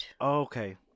Okay